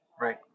right